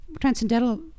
transcendental